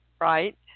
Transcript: right